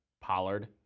Pollard